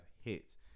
hits